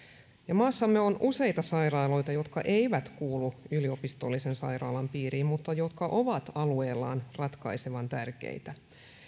maassamme on useita sairaaloita jotka eivät kuulu yliopistollisen sairaalan piiriin mutta jotka ovat alueellaan ratkaisevan tärkeitä